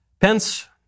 Pence